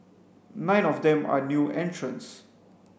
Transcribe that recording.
nine of them are new entrants